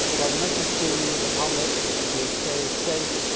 while the message to the public is to stay safe,